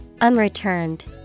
Unreturned